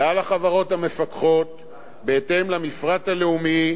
ועל החברות המפקחות בהתאם למפרט הלאומי,